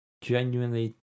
genuinely